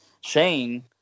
Shane